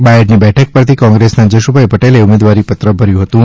બાયડની બેઠક ઉપરથી કોંગ્રેસના જશુભાઇ પટેલે ઉમેદવારીપત્ર ભર્યું હતું